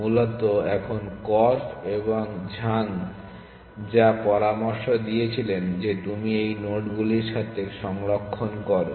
মূলত এখন কর্ফ এবং ঝাং যা পরামর্শ দিয়েছিলেন যে তুমি এই নোডগুলির সাথে সংরক্ষণ করো